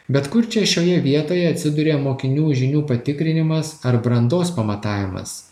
bet kur čia šioje vietoje atsiduria mokinių žinių patikrinimas ar brandos pamatavimas